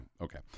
okay